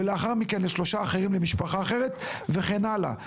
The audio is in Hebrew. ולאחר מכן לשלושה אחרים למשפחה אחרת וכן הלאה.